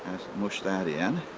mush that in